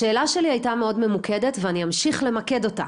השאלה שלי הייתה מאוד ממוקדת ואני אמשיך למקד אותה.